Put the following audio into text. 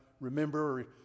remember